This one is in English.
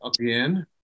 again